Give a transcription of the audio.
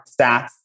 stats